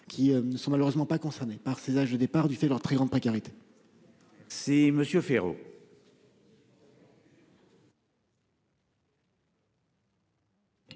ne sont malheureusement pas concernées par ces âges de départ du fait de leur très grande précarité. Le vote est